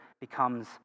becomes